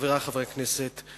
חברי חברי הכנסת,